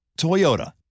Toyota